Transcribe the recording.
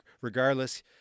regardless